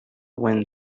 wind